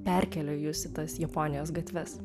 perkėliau jus į tas japonijos gatves